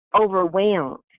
overwhelmed